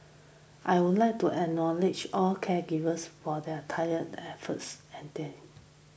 I would like to acknowledge all caregivers for their tire efforts and then